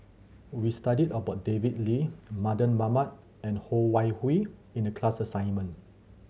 we studied about David Lee Mardan Mamat and Ho Wan Hui in the class assignment